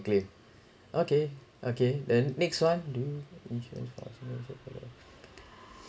claim okay okay then next one do you